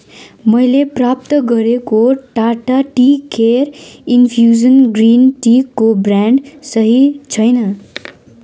मैले प्राप्त गरेको Tata tea care infusion green टीको ब्रान्ड सही छैन